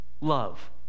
love